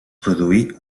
produí